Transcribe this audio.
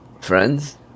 friends